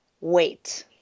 Wait